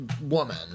woman